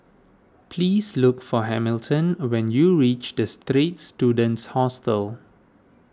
please look for Hamilton when you reach the Straits Students Hostel